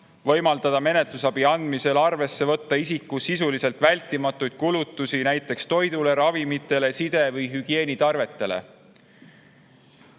võimaldada menetlusabi andmisel arvesse võtta isiku sisuliselt vältimatuid kulutusi näiteks toidule, ravimitele, side[pidamisele] või hügieenitarvetele.